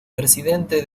presidente